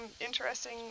interesting